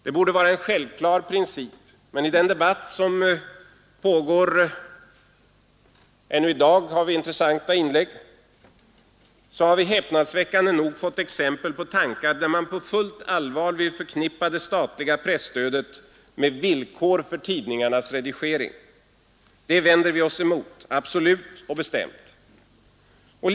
Det borde vara en självklar princip, men i den debatt som pågår — ännu i dag med intressanta inlägg — har vi häpnadsväckande nog fått exempel på att det på fullt allvar framförs tankar på att förknippa det statliga presstödet med villkor för tidningarnas redigering. Det vänder vi oss absolut och bestämt emot.